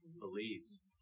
believes